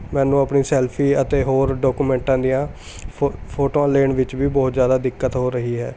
ਮੈਨੂੰ ਆਪਣੀ ਸੈਲਫੀ ਅਤੇ ਹੋਰ ਡੋਕੂਮੈਂਟਾਂ ਦੀਆਂ ਫੋ ਫੋਟੋਆਂ ਲੈਣ ਵਿੱਚ ਵੀ ਬਹੁਤ ਜ਼ਿਆਦਾ ਦਿੱਕਤ ਹੋ ਰਹੀ ਹੈ